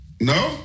No